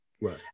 Right